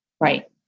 Right